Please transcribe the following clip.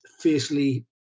fiercely